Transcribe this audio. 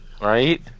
Right